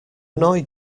annoy